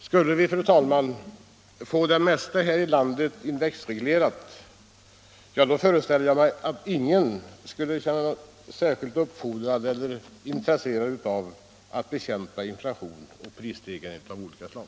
Skulle vi, fru talman, få det mesta här i landet indexreglerat — ja, då föreställer jag mig att ingen skulle känna sig särskilt uppfordrad till eller intresserad av att bekämpa inflationen och prisstegringar av olika slag.